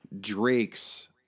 Drake's